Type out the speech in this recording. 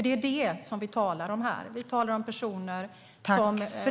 Det är det som vi talar om här.